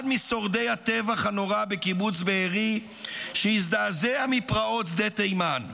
משורדי הטבח הנורא בקיבוץ בארי שהזדעזע מפרעות שדה תימן,